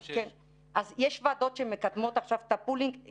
אז יש ועדות שמקדמות עכשיו את הפולינג.